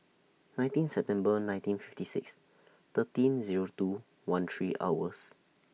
nineteen September nineteen fifty six thirteen Zero two one three hours